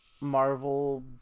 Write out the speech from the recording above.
Marvel